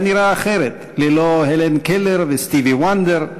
היה נראה אחרת ללא הלן קלר וסטיבי וונדר,